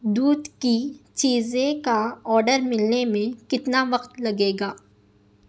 دودھ کی چیزیں کا آڈر ملنے میں کتنا وقت لگے گا